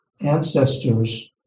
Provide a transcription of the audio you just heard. ancestors